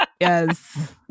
yes